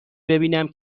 ببینم